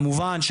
כמובן,